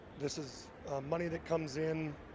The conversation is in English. this is money that comes in